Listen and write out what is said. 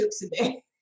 today